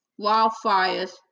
wildfires